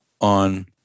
on